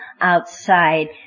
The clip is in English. outside